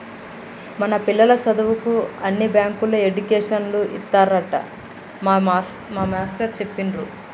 మన పిల్లల సదువుకు అన్ని బ్యాంకుల్లో ఎడ్యుకేషన్ లోన్లు ఇత్తారట మా మేస్టారు సెప్పిండు